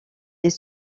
les